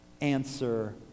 answer